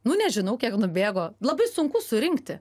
nu nežinau kiek nubėgo labai sunku surinkti